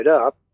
up